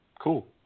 cool